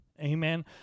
Amen